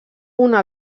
una